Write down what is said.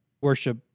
worship